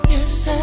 Yes